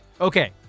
Okay